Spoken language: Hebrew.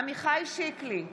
עמיחי שיקלי,